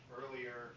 earlier